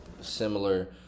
similar